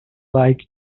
like